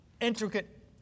intricate